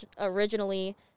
originally